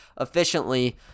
efficiently